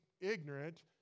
ignorant